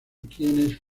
quienes